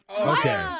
Okay